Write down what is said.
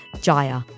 Jaya